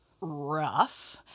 rough